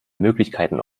möglichkeiten